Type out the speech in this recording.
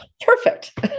Perfect